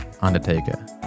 Undertaker